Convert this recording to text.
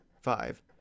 Five